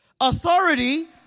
Authority